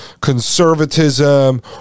conservatism